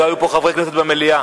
לא היו חברי כנסת במליאה,